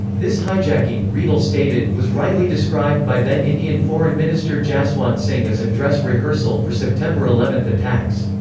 this hijacking, riedel stated, was rightly described by then indian foreign minister jaswant singh as a dress rehearsal for september eleven attacks.